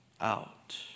out